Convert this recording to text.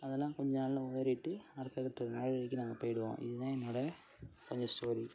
அதெல்லாம் கொஞ்சம் நாளில் உதறிட்டு அடுத்தக்கட்ட நடவடிக்கைக்கு நாங்கள் போய்டுவோம் இது தான் என்னோடய கொஞ்சம் ஸ்டோரி